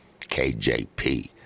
KJP